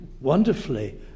wonderfully